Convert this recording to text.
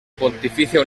pontificia